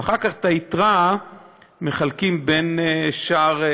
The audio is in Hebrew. ואחר כך את היתרה מחלקים בין שאר